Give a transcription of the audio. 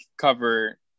cover